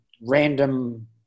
random